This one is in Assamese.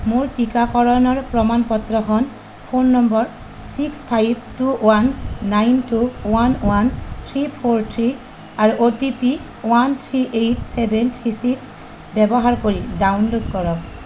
মোৰ টিকাকৰণৰ প্ৰমাণ পত্ৰখন phone number six five two one nine two one one three four three আৰু O T P one three eight seven three six ব্যৱহাৰ কৰি ডাউনল'ড কৰক